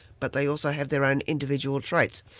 but they also have their own individual traits.